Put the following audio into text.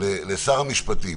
לשר המשפטים,